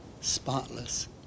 spotless